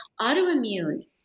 Autoimmune